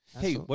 Hey